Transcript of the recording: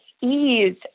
ease